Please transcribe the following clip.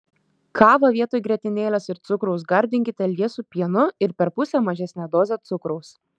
kavą vietoj grietinėlės ir cukraus gardinkite liesu pienu ir per pusę mažesne doze cukraus